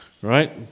right